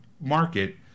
market